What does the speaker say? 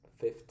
fifth